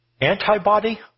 antibody